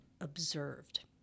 observed